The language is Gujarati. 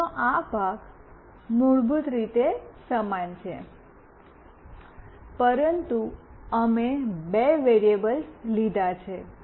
કોડનો આ ભાગ મૂળભૂત રીતે સમાન છે પરંતુ અમે બે વેરિએબલ લીધા છે